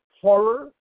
horror